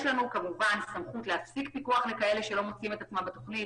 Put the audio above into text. יש לנו סמכות להפסיק פיקוח לכאלה שלא מוצאים את עצמם בתכנית.